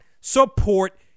support